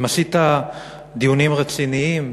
אם עשית דיונים רציניים,